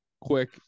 quick